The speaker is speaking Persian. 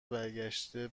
برگشته